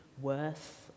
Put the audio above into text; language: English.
worth